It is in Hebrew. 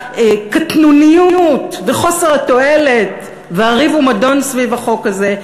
הקטנוניות וחוסר התועלת והריב ומדון סביב החוק הזה,